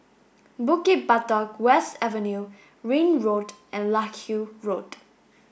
Bukit Batok West Avenue Ring Road and Larkhill Road